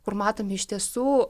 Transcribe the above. kur matome iš tiesų